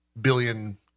billion